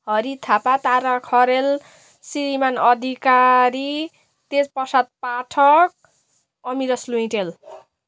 Hari Thapa Tara Kharel Shriman Adhikari Tej Prasad Pathak Amiras Luintel